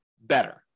better